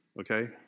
okay